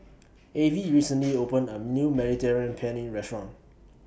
Avie recently opened A New Mediterranean Penne Restaurant